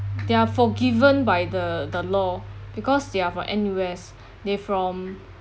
they are forgiven by the the law because they are from N_U_S they're from